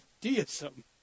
deism